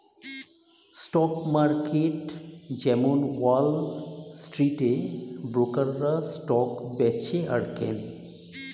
stock market যেমন wall স্ট্রিটে ব্রোকাররা স্টক বেচে আর কেনে